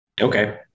Okay